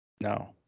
No